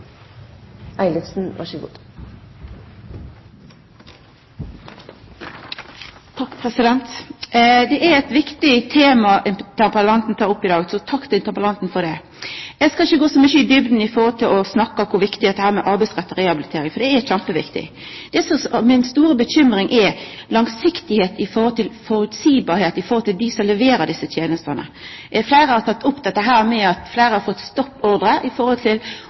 i dag, så takk til interpellanten for det! Eg skal ikkje gå så mykje i djupna når det gjeld å snakka om kor viktig det er med arbeidsretta rehabilitering. Det er kjempeviktig. Mi store bekymring gjeld langsiktigheit og føreseielegheit for dei som leverer desse tenestene. Fleire har teke opp det med at fleire har fått stoppordre når det gjeld å levera meir av tenestene. Det er bekymringsfullt. I